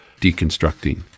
deconstructing